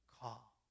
call